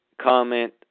comment